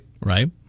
right